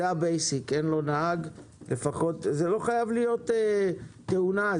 זאת לא חייבת להיות תאונה.